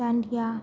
dandiya